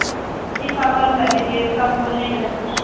जी थोड़ा कम कर लीजिए कम बोलने में लगता है